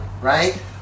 right